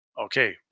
okay